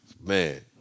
Man